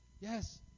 Yes